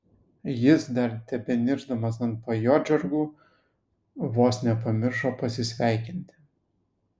jis dar tebeniršdamas ant pajodžargų vos nepamiršo pasisveikinti